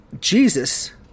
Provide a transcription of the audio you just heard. Jesus